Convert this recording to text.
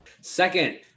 Second